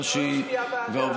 שנתניהו הצביע בעדה.